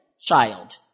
child